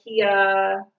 IKEA